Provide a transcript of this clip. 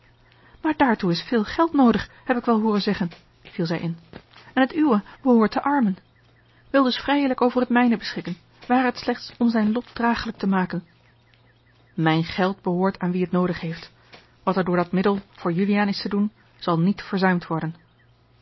maar daartoe is veel geld noodig heb ik wel hooren zeggen viel zij in en het uwe behoort den armen wil dus vrijelijk over het mijne beschikken ware t slechts om zijn lot draaglijk te maken mijn geld behoort aan wie het noodig heeft wat er door dat middel voor juliaan is te doen zal niet verzuimd worden